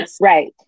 Right